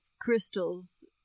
crystals